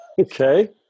Okay